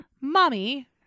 Mommy